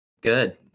Good